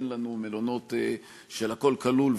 אין לנו מלונות של הכול כלול וריזורטים.